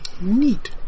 Neat